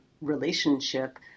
relationship